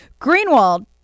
Greenwald